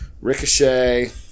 Ricochet